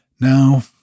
Now